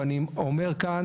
ואני אומר כאן